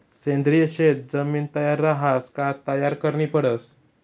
सेंद्रिय शेत जमीन तयार रहास का तयार करनी पडस